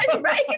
Right